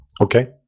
Okay